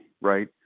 right